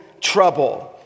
trouble